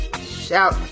Shout